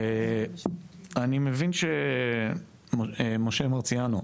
אני מבין שמשה מורסיאנו,